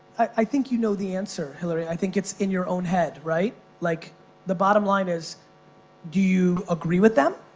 i think you know the answer, hilary. i think it's in your own head, right? like the bottom line is do you agree with them?